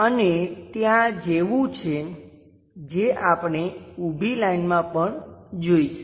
અને ત્યાં જેવું છે જે આપણે ઉભી લાઈનમાં પણ જોઈશું